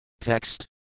Text